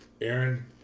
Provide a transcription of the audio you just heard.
Aaron